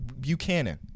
Buchanan